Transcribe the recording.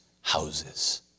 houses